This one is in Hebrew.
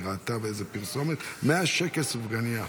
היא ראתה באיזו פרסומת, 100 שקל סופגנייה.